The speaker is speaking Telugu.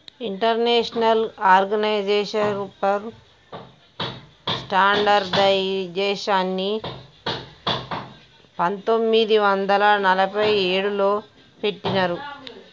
ఇంటర్నేషనల్ ఆర్గనైజేషన్ ఫర్ స్టాండర్డయిజేషన్ని పంతొమ్మిది వందల నలభై ఏడులో పెట్టినరు